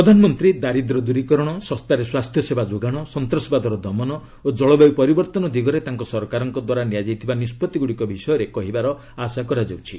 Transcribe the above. ପ୍ରଧାନମନ୍ତ୍ରୀ ଦାରିଦ୍ର୍ୟ ଦ୍ରରୀକରଣ ଶସ୍ତାରେ ସ୍ୱାସ୍ଥ୍ୟସେବା ଯୋଗାଣ ସନ୍ତାସବାଦର ଦମନ ଓ ଜଳବାୟୁ ପରିବର୍ତ୍ତନ ଦିଗରେ ତାଙ୍କ ସରକାରଦ୍ୱାରା ନିଆଯାଇଥିବା ପଦକ୍ଷେପଗୁଡ଼ିକ ବିଷୟରେ କହିବାର ଆଶା କରାଯାଉଛି